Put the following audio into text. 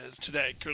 today